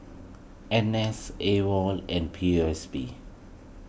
N S Awol and P O S B